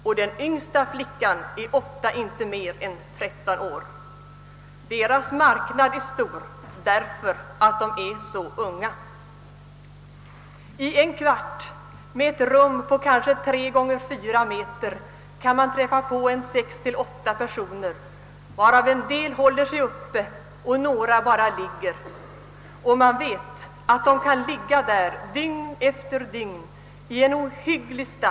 Och den yngsta flickan är ofta inte mer än 13 år. Deras marknad är stor, därför att de är så unga. I en kvart, ett rum på kanske 3X4 meter, kan man träffa på sex—åtta per soner, av vilka en del håller sig uppe och några bara ligger. Man vet också att de kan ligga där dygn efter dygn i en ohygglig stank.